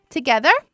Together